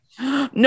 No